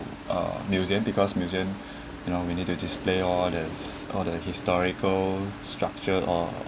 uh museum because museum you know we need to display all these all the historical structure or